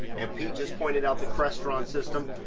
and pete just pointed out the crestron system.